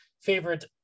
favorite